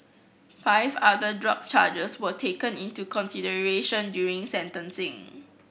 five other drug charges were taken into consideration during sentencing